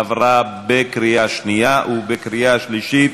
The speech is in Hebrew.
עברה בקריאה שנייה ובקריאה שלישית.